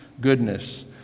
goodness